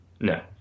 No